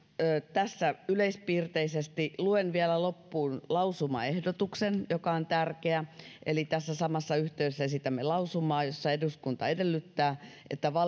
tässä yleispiirteisesti luen vielä loppuun lausumaehdotuksen joka on tärkeä eli tässä samassa yhteydessä esitämme lausumaa jossa eduskunta edellyttää että